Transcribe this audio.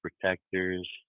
protectors